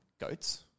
goats